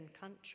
country